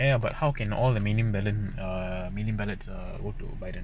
ya lah but how can all the million balance err million ballots goes to biden